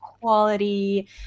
quality